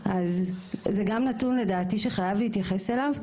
זה גם נתון שחייב לדעתי להתייחס אליו.